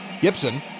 Gibson